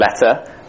letter